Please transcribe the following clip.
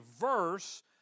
verse